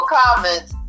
comments